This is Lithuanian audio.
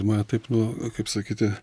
ir mane taip nu kaip sakyti